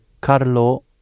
Carlo